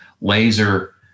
laser